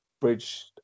bridge